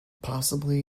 possibly